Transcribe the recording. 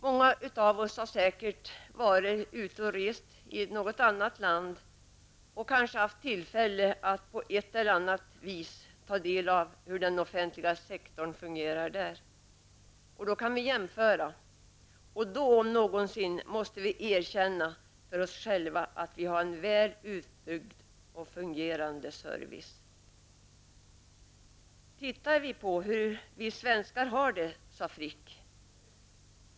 Många av oss har säkert varit i något annat land och kanske haft tillfälle att på ett eller annat vis ta del av hur den offentliga sektorn där fungerar och kunnat göra jämförelser. Då om någonsin måste vi erkänna för oss själva att vi har en väl utbyggd och fungerande service. Carl Frick talade om att titta på hur vi svenskar har det.